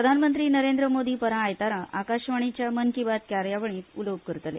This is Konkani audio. प्रधानमंत्री नरेंद्र मोदी परां आयतारा आकाशवाणीच्या मन की बात कार्यावळींत उलोवप करतले